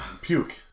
Puke